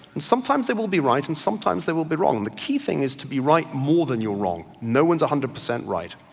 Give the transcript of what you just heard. and sometimes they will be right, and sometimes they will be wrong. the key thing is to be right more than you're wrong. no one's a hundred percent right.